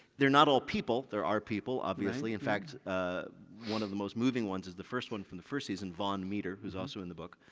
they're not all people. there are people obviously, in fact ah one of the most moving ones is the first one from the first season, vaughn meader who also in the book,